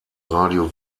radio